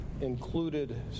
included